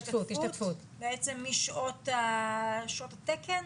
בעצם משעות התקן.